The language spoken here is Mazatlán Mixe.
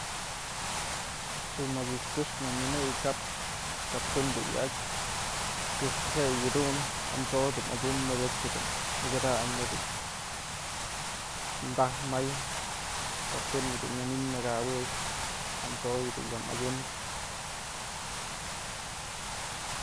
Pues mëch ëch këxpë mynëyën kap, kap pën dun wa'atyë këj jue yëdun amso'o dun madyunëp nebyat jedun mjukyadañ daj may kap pëm yëdun mya min mya kawëy amso dun ya madyunëp.